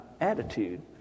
attitude